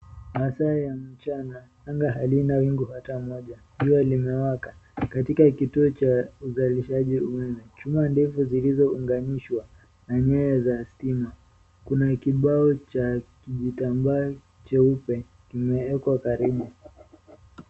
Masaa ya mchana, anga halina wingu ata moja. Jua limewaka. Katika kituo cha uzalishaji umeme. Chuma ndefu zilizounganishwa na nyaya za stima. Kuna kibao cha kijitambaa cheupe kimewekwa karibu.